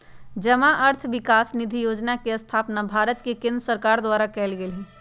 जमा अर्थ विकास निधि जोजना के स्थापना भारत के केंद्र सरकार द्वारा कएल गेल हइ